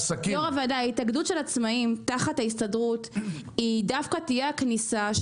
ההתאגדות של עצמאים תחת ההסתדרות היא דווקא תהיה הכניסה,